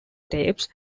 tapes